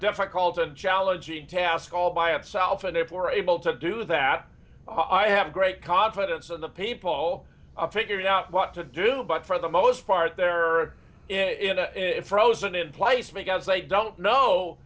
difficult and challenging task all by itself and if we're able to do that i have great confidence in the people figuring out what to do but for the most part they're in a frozen in place because they don't know